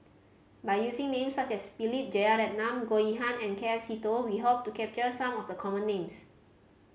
by using names such as Philip Jeyaretnam Goh Yihan and K F Seetoh we hope to capture some of the common names